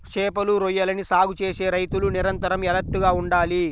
చేపలు, రొయ్యలని సాగు చేసే రైతులు నిరంతరం ఎలర్ట్ గా ఉండాలి